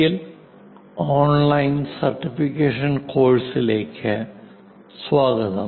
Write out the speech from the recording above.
L online certification കോഴ്സുകളിലേക്ക് സ്വാഗതം